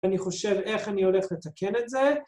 ‫אני חושב איך אני הולך לתקן את זה.